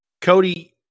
Cody